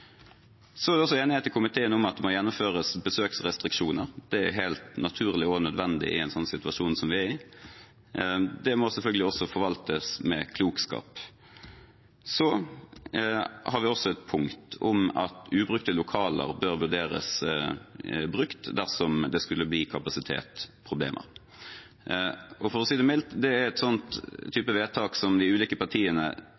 Så er det også enighet i komiteen om at det må gjennomføres besøksrestriksjoner. Det er helt naturlig og nødvendig i den situasjonen vi er i. Det må selvfølgelig også forvaltes med klokskap. Vi har også et punkt om at ubrukte lokaler bør vurderes brukt dersom det skulle bli kapasitetsproblemer. For å si det mildt: Det er